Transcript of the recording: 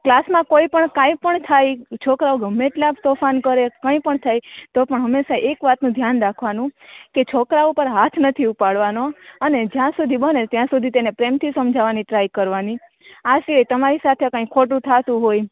ક્લાસમાં કોઈ પણ કાંઇ પણ થાય છોકરાઓ ગમે એટલા તોફાન કરે કંઈ પણ થાય તો પણ હંમેશાં એક વાતનું ઘ્યાન રાખવાનું કે છોકરાઓ ઉપર હાથ નથી ઉપાડવાનો અને જ્યાં સુધી બને ત્યાં સુધી તેને પ્રેમથી સમજાવવાની ટ્રાય કરવાની આ સિવાય તમારી સાથે કાઇ ખોટું થતું હોય